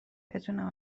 بتونم